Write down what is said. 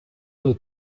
los